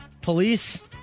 Police